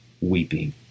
weeping